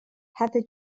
heather